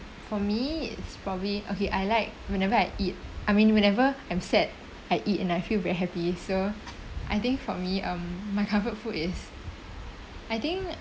for me it's probably okay I like whenever I eat I mean whatever I sad I eat and I feel very happy so I think for me um my comfort food is I think